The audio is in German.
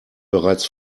bereits